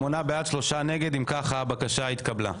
אם כך, הבקשה התקבלה.